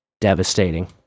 devastating